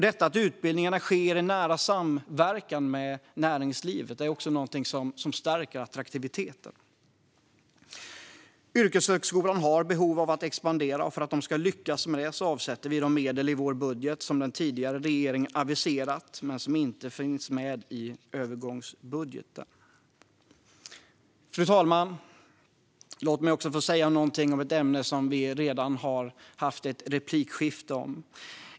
Detta att utbildningarna sker i nära samverkan med näringslivet är också något som ökar attraktiviteten. Yrkeshögskolan har behov av att expandera, och för att den ska lyckas med det avsätter vi de medel i vår budget som den tidigare regeringen aviserade men som inte finns med i övergångsbudgeten. Fru talman! Låt mig också säga något om ett ämne som vi redan har haft ett replikskifte om.